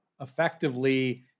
effectively